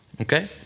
okay